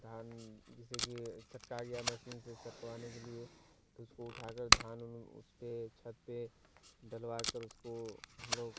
धान जैसे कि सटका गया मसीन से सटकवाने के लिए तो उसको उठाकर धान उन उस पर छत पर डलवा कर उसको हम लोग